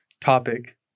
topic